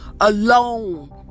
alone